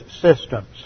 systems